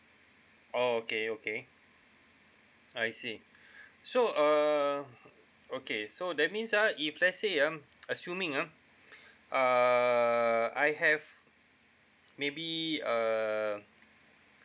oh okay okay I see so err okay so that means ah if let's say ah assuming ah err I have maybe err